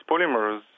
polymers